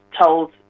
Told